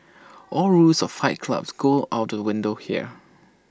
all rules of flight clubs go out to A window here